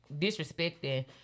disrespecting